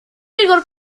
rigor